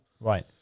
Right